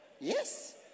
Yes